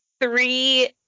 three